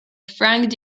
frank